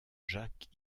jacques